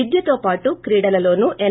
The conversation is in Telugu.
విద్యతో పాటు క్రీడాలలోను ఎస్